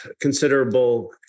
considerable